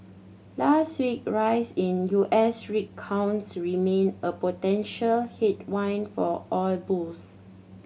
last week rise in U S rig counts remain a potential headwind for oil bulls